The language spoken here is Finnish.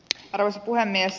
arvoisa puhemies